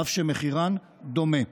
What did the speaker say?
אף שמחירן דומה.